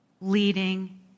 leading